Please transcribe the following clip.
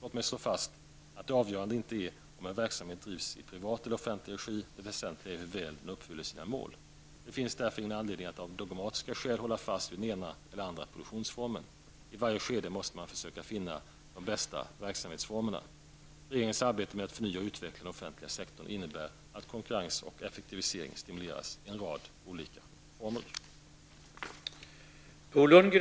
Låt mig slå fast att det avgörande inte är om en verksamhet drivs i privat eller offentlig regi -- det väsentliga är hur väl den uppfyller sina mål. Det finns därför ingen anledning att av dogmatiska skäl hålla fast vid den ena eller andra produktionsformen. I varje skede måste man försöka finna de bästa verksamhetsformerna. Regeringens arbete med att förnya och utveckla den offentliga sektorn innebär att konkurrens och effektivisering stimuleras i en rad olika former.